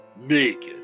naked